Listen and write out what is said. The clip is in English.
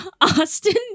Austin